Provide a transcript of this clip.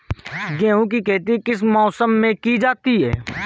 गेहूँ की खेती किस मौसम में की जाती है?